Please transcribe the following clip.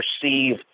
perceive